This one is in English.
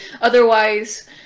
Otherwise